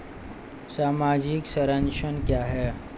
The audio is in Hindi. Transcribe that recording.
सामाजिक संरक्षण क्या है?